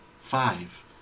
Five